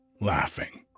laughing